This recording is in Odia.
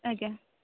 ଆଜ୍ଞା